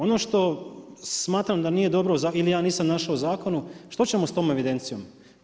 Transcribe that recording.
Ono što smatram da nije dobro ili ja nisam našao u zakonu, što ćemo s tom evidencijom.